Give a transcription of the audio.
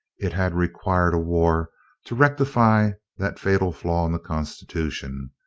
it had required a war to rectify that fatal flaw in the constitution,